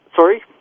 Sorry